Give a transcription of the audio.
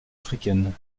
africaine